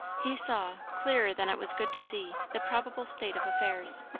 he saw, clearer than it was good to see, the probable state of affairs.